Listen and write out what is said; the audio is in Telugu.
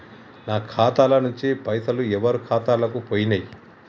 నా ఖాతా ల నుంచి పైసలు ఎవరు ఖాతాలకు పోయినయ్?